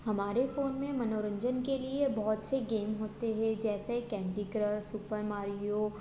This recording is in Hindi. हमारे फ़ोन में मनोरंजन के लिए बहुत से गेम होते हैं जैसे कैंडी क्रश सुपर मारियो